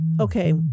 Okay